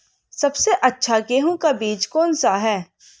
सबसे अच्छा गेहूँ का बीज कौन सा है?